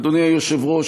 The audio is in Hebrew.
אדוני היושב-ראש,